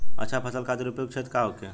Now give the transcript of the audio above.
अच्छा फसल खातिर उपयुक्त क्षेत्र का होखे?